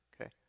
okay